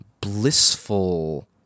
blissful